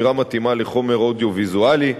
שמירה מתאימה לחומר אודיו-ויזואלי,